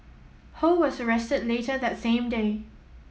ho was arrested later that same day